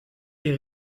les